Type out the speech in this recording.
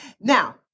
Now